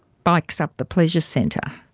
spikes up the pleasure centre.